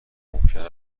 ممکن